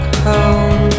home